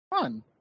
Fun